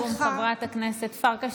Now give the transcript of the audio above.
משפט לסיכום, חברת הכנסת פרקש.